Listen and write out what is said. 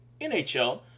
NHL